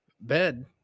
bed